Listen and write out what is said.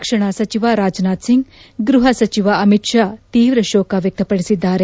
ರಕ್ಷಣಾ ಸಚಿವ ರಾಜನಾಥಸಿಂಗ್ ಗೃಹ ಸಚಿವ ಅಮಿತ್ ಶಾ ತೀವ್ರ ಶೋಕ ವ್ಯಕ್ತಪಡಿಸಿದ್ದಾರೆ